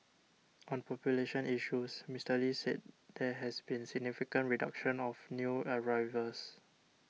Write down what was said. on population issues Mister Lee said there has been significant reduction of new arrivals